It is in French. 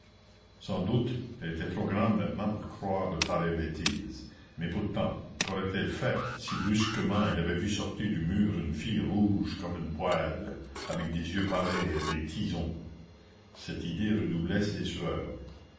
sans doute elle était trop grande maintenant pour croire de pareilles bêtises mais pourtant quaurait elle fait si brusquement elle avait vu sortir du mur une fille rouge comme un poêle avec des yeux pareils à des tisons cette idée redoublait ses sueurs